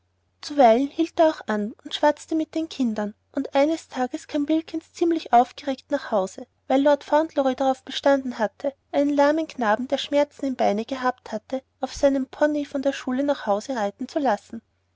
hielt er auch an und schwatzte mit den kindern und eines tages kam wilkins ziemlich aufgeregt nach hause weil lord fauntleroy darauf bestanden hatte einen lahmen knaben der schmerzen im beine gehabt hatte auf seinem pony von der schule nach hause reiten zu lassen